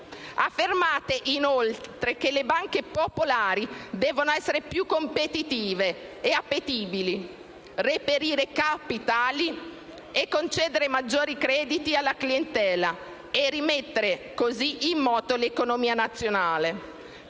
Affermate, inoltre, che le banche popolari devono essere più competitive e appetibili, reperire capitali e concedere maggiori crediti alla clientela e rimettere, così, in moto l'economia nazionale.